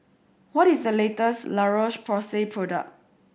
what is the latest La Roche Porsay product